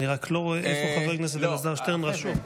אני רק לא רואה איפה חבר הכנסת אלעזר שטרן רשום.